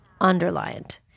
underlined